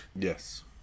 Yes